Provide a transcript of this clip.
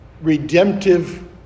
redemptive